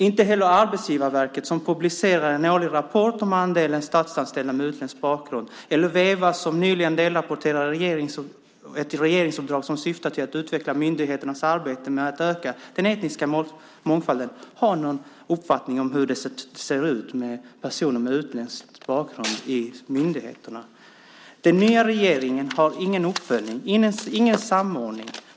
Inte heller Arbetsgivarverket, som publicerar en årlig rapport om andelen statsanställda med utländsk bakgrund, eller Verva, som nyligen delrapporterat ett regeringsuppdrag som syftar till att utveckla myndigheternas arbete med att öka den etniska mångfalden, har någon uppfattning om hur det ser ut när det gäller personer med utländsk bakgrund i myndigheterna. Den nya regeringen har ingen uppföljning, ingen samordning.